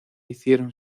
hicieron